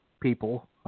people